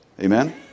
Amen